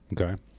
Okay